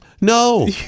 No